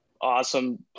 awesome